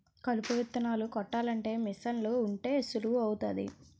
కలుపు విత్తనాలు కొట్టాలంటే మీసన్లు ఉంటే సులువు అవుతాది